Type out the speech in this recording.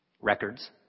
Records